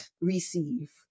receive